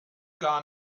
gar